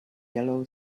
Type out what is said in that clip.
yellow